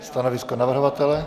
Stanovisko navrhovatele?